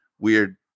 weird